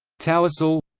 tawassul